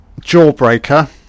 Jawbreaker